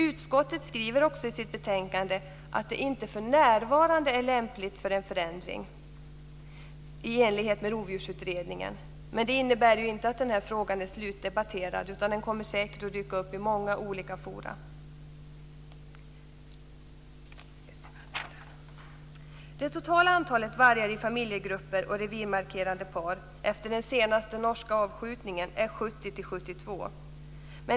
Utskottet skriver också i sitt betänkande att det inte för närvarande är lämpligt med en förändring i enlighet med Rovdjursutredningen. Men det innebär ju inte att den här frågan är slutdebatterad. Den kommer säkert att dyka upp i många olika forum. Det totala antalet vargar i familjegrupper och revirmarkerande par är efter den senaste norska avskjutningen 70-72.